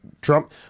Trump